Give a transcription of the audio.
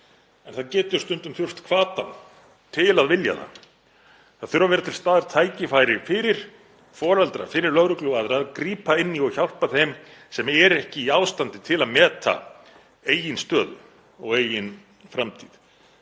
En það getur stundum þurft hvatann til að vilja, það þurfa að vera til staðar tækifæri fyrir foreldra, fyrir lögreglu og aðra að grípa inn í og hjálpa þeim sem eru ekki í ástandi til að meta eigin stöðu og eigin framtíð.